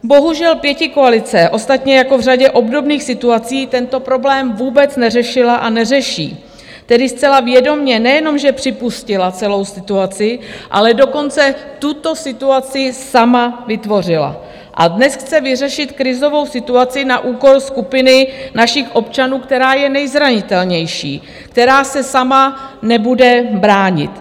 Bohužel pětikoalice, ostatně jako v řadě obdobných situací, tento problém vůbec neřešila a neřeší, tedy zcela vědomě nejenom že připustila celou situaci, ale dokonce tuto situaci sama vytvořila, a dnes chce vyřešit krizovou situaci na úkor skupiny našich občanů, která je nejzranitelnější, která se sama nebude bránit.